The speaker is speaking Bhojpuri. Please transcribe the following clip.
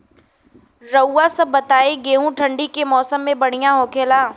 रउआ सभ बताई गेहूँ ठंडी के मौसम में बढ़ियां होखेला?